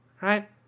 right